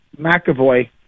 McAvoy